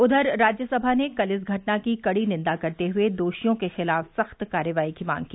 उधर राज्यसभा ने कल इस घटना की कड़ी निंदा करते हए दोषियों के खिलाफ सख्त कार्रवाई की मांग की